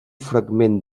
fragment